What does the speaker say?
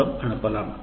மூலம் அனுப்பலாம்